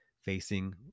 facing